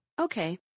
okay